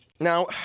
Now